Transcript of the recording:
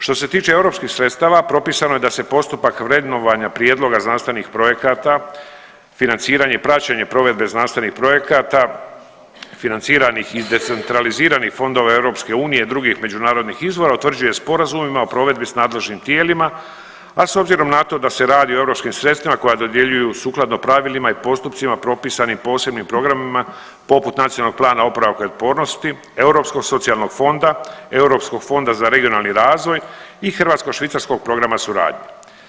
Što se tiče europskih sredstava propisano je da se postupak vrednovanja prijedloga znanstvenih projekata financiranje i praćenje provedbe znanstvenih projekata financiranih i decentraliziranih fondova EU i drugih međunarodnih izvora utvrđuje sporazumima o provedbi s nadležnim tijelima, a s obzirom na to da se radi o europskim sredstvima koja dodjeljuju sukladno pravilima i postupcima propisanim posebnim programima, poput NPOO-a, Europskog socijalnog fonda, Europskog fonda za regionalni razvoj i Hrvatsko-švicarskog programa suradnje.